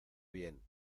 bien